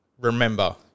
remember